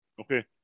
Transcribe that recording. Okay